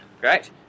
Great